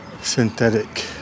Synthetic